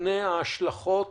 מפני ההשלכות